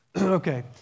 Okay